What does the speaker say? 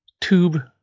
tube